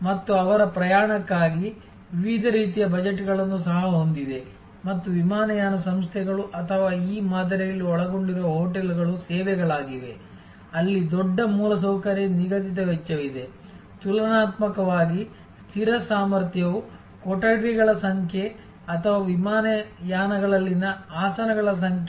ಮತ್ತು ಅವರ ಪ್ರಯಾಣಕ್ಕಾಗಿ ವಿವಿಧ ರೀತಿಯ ಬಜೆಟ್ಗಳನ್ನು ಸಹ ಹೊಂದಿದೆ ಮತ್ತು ವಿಮಾನಯಾನ ಸಂಸ್ಥೆಗಳು ಅಥವಾ ಈ ಮಾದರಿಯಲ್ಲಿ ಒಳಗೊಂಡಿರುವ ಹೋಟೆಲ್ಗಳು ಸೇವೆಗಳಾಗಿವೆ ಅಲ್ಲಿ ದೊಡ್ಡ ಮೂಲಸೌಕರ್ಯ ನಿಗದಿತ ವೆಚ್ಚವಿದೆ ತುಲನಾತ್ಮಕವಾಗಿ ಸ್ಥಿರ ಸಾಮರ್ಥ್ಯವು ಕೊಠಡಿಗಳ ಸಂಖ್ಯೆ ಅಥವಾ ವಿಮಾನಯಾನಗಳಲ್ಲಿನ ಆಸನಗಳ ಸಂಖ್ಯೆ